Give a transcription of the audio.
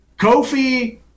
Kofi